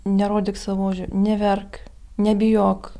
nerodyk savo neverk nebijok